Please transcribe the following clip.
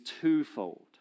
twofold